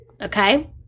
Okay